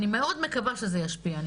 אני מאוד מקווה שזה ישפיע.